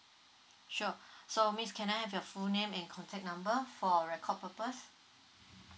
sure so miss can I have your full name and contact number for record purpose